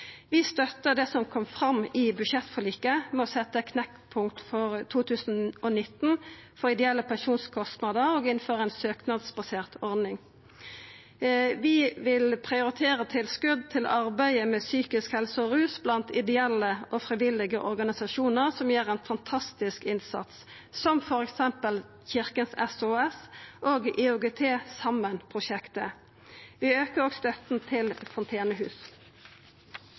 Vi støttar det som kom fram i budsjettforliket, om å setja eit knekkpunkt til 2019 for ideelle pensjonskostnader og å innføra ei søknadsbasert ordning. Vi vil prioritera tilskot til arbeidet med psykisk helse og rus blant ideelle og frivillige organisasjonar, som gjer ein fantastisk innsats, som f.eks. Kirkens SOS og prosjektet Sammen IOGT. Vi aukar òg støtta til fontenehus.